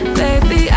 baby